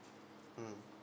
mm